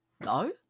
No